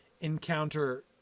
encounter